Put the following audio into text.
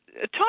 Talk